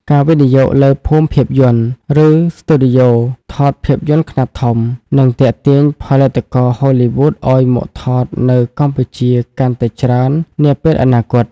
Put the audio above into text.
ការវិនិយោគលើ "ភូមិភាពយន្ត" ឬស្ទូឌីយោថតភាពយន្តខ្នាតធំ នឹងទាក់ទាញផលិតករហូលីវូដឱ្យមកថតនៅកម្ពុជាកាន់តែច្រើននាពេលអនាគត។